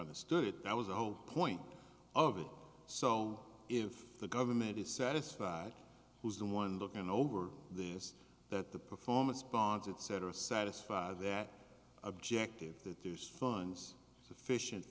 understood that was the whole point of it so if the government is satisfied who's the one looking over this that the performance bonds etc satisfy that objective the two sons sufficient